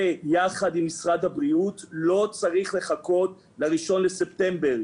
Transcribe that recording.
ויחד עם משרד הבריאות, לא צריך לחכות ל-1 בספטמבר.